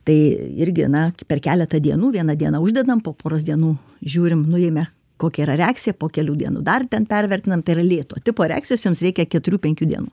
tai irgi na per keletą dienų vieną dieną uždedam po poros dienų žiūrim nuėmę kokia yra reakcija po kelių dienų dar ten pervertinam tai yra lėto tipo reakcijos joms reikia keturių penkių dienų